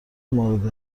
مورد